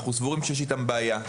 אנחנו סבורים שיש איתם בעיה.